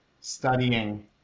studying